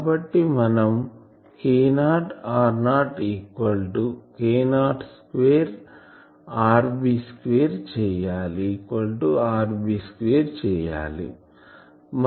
కాబట్టి మనం K0rb K02 rb2 చేయాలి